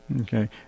Okay